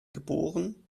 geboren